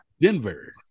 Denver